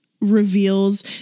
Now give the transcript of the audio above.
reveals